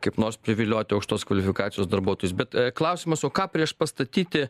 kaip nors privilioti aukštos kvalifikacijos darbuotojus bet klausimas o ką priešpastatyti